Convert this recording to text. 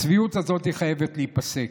הצביעות הזאת חייבת להיפסק.